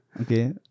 Okay